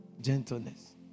Gentleness